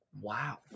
wow